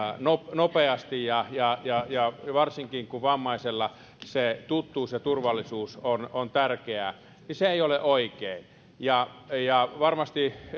nopeasti ja ja varsinkin kun vammaisella se tuttuus ja turvallisuus on on tärkeää niin se ei ole oikein varmasti